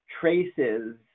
traces